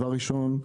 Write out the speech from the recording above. דבר ראשון,